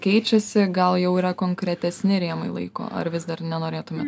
keičiasi gal jau yra konkretesni rėmai laiko ar vis dar nenorėtumėt